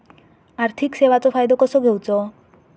आर्थिक सेवाचो फायदो कसो घेवचो?